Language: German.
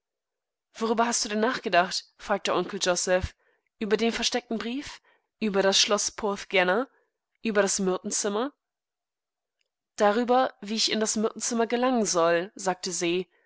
worüber hast du denn nachgedacht fragte onkel joseph über den versteckten brief überdasschloßporthgenna überdasmyrtenzimmer darüber wie ich in das myrtenzimmer gelangen soll sagte sie